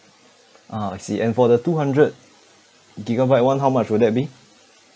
ah I see and for the two hundred gigabyte [one] how much would that be